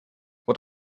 what